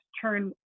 turn